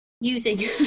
using